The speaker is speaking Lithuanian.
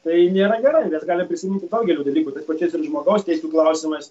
tai nėra garantijos gali prisiminti daugelį dalykų tais pačiais ir žmogaus teisių klausimais